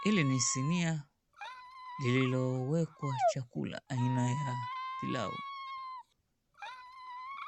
Hili ni sinia lililowekwa chakula aina ya pilau.